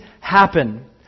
happen